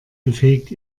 befähigt